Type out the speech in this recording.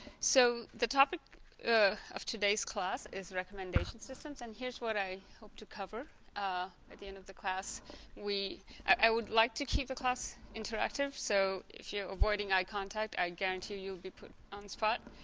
so the topic of today's class is recommendation systems and here's what i hope to cover ah at the end of the class we i would like to keep the class interactive so if you're avoiding eye contact i guarantee you'll be put on spot